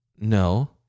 No